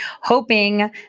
hoping